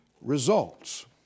results